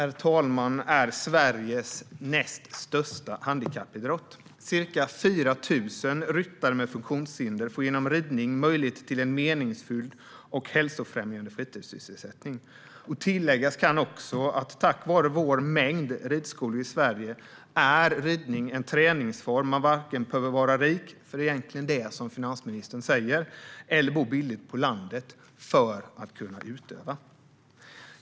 Ridning är Sveriges näst största handikappidrott. Ca 4 000 ryttare med funktionshinder får genom ridning möjlighet till en meningsfull och hälsofrämjande fritidssysselsättning. Tilläggas kan också att tack vare vår stora mängd ridskolor i Sverige är ridning en träningsform man varken behöver vara rik - för det är egentligen det som finansministern säger - eller bo billigt på landet för att kunna utöva.